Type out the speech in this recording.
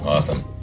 Awesome